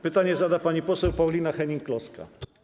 Pytanie zada pani poseł Paulina Hennig-Kloska.